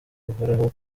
buhoraho